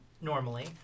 normally